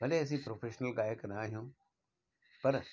भले असां प्रोफैशनल गायक न आहियूं पर